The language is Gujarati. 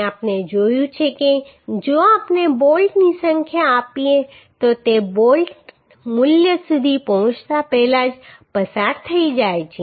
અને આપણે જોયું છે કે જો આપણે બોલ્ટની સંખ્યા આપીએ તો તે બોલ્ટ મૂલ્ય સુધી પહોંચતા પહેલા જ પસાર થઈ જાય છે